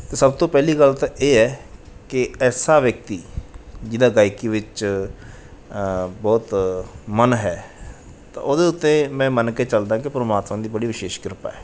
ਤਾਂ ਸਭ ਤੋਂ ਪਹਿਲੀ ਗੱਲ ਤਾਂ ਇਹ ਹੈ ਕਿ ਐਸਾ ਵਿਅਕਤੀ ਜਿਹਦਾ ਗਾਇਕੀ ਵਿੱਚ ਬਹੁਤ ਮਨ ਹੈ ਤਾਂ ਉਹਦੇ ਉੱਤੇ ਮੈਂ ਮੰਨ ਕੇ ਚੱਲਦਾ ਕਿ ਪਰਮਾਤਮਾ ਦੀ ਬੜੀ ਵਿਸ਼ੇਸ਼ ਕ੍ਰਿਪਾ ਹੈ